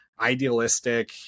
idealistic